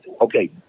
Okay